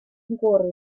горы